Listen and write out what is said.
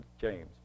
James